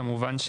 כמובן,